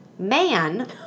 Man